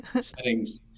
settings